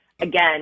Again